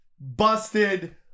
busted